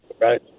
Right